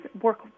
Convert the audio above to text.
work